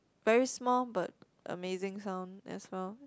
very small but amazing sound as well